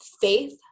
faith